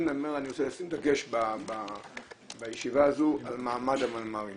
אני רוצה לשים דגש בישיבה הזו על מעמד המנמ"רים.